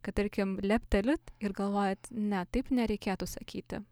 kad tarkim leptelit ir galvojat ne taip nereikėtų sakyti